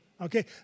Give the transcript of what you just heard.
okay